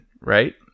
right